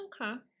Okay